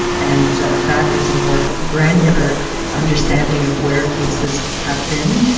and that is a more granular understanding of where cases have been.